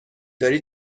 داری